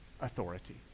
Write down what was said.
authority